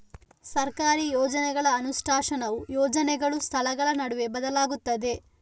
ಸರ್ಕಾರಿ ಯೋಜನೆಗಳ ಅನುಷ್ಠಾನವು ಯೋಜನೆಗಳು, ಸ್ಥಳಗಳ ನಡುವೆ ಬದಲಾಗುತ್ತದೆ